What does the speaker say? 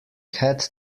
had